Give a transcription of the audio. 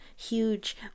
Huge